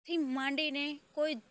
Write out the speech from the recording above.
થી માંડીને કોઈ